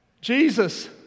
Jesus